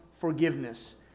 forgiveness